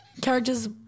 characters